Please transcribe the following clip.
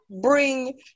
bring